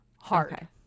hard